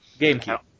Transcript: GameCube